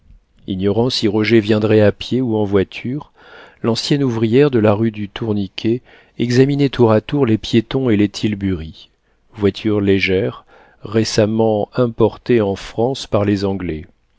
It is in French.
ignorant si roger viendrait à pied ou en voiture l'ancienne ouvrière de la rue du tourniquet examinait tour à tour les piétons et les tilburys voitures légères récemment importées en france par les anglais